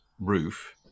roof